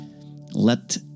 let